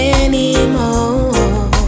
anymore